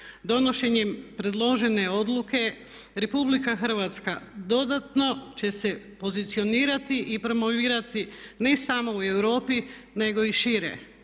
donošenjem predložene odluke Republika Hrvatska dodatno će se pozicionirati i promovirati ne samo u Europi nego i šire.